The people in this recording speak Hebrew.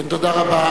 כן, תודה רבה.